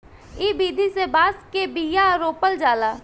इ विधि से बांस के बिया रोपल जाला